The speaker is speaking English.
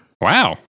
Wow